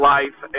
Life